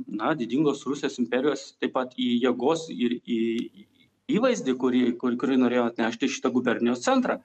na didingos rusijos imperijos taip pat į jėgos ir į įvaizdį kurį kur kurį norėjo atnešti į šitą gubernijos centrą